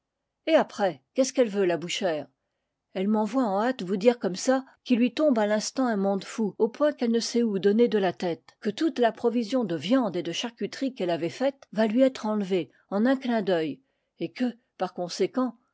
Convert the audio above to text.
et après qu'est-ce qu'elle veut la bouchère elle m'envoie en hâte vous dire comme ça qu'il lut tombe à l'instant un monde fou au point qu'elle ne sait où donner de la tête que toute la provision de viande et de charcuterie qu'elle avait faite va lui être enlevée en un clin d'œil et que par conséquent